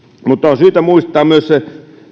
mutta on syytä muistaa myös se